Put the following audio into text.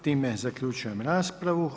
Time zaključujem raspravu.